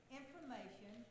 information